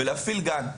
להפעיל גן.